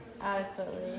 adequately